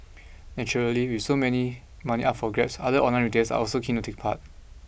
naturally with so many money up for grabs other online retailers are also keen to take part